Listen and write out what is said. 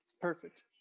perfect